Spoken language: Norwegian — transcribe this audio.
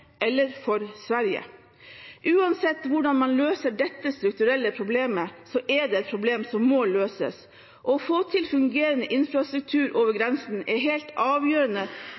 eller for Sverige. Uansett hvordan man løser dette strukturelle problemet, er det et problem som må løses. Å få til fungerende infrastruktur over grensen er helt avgjørende